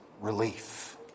relief